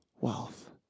wealth